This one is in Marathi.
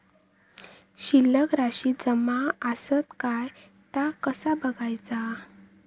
शिल्लक राशी जमा आसत काय ता कसा बगायचा?